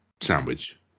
sandwich